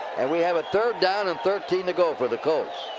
and we have a third down and thirteen to go for the colts.